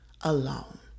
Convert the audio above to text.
alone